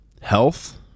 health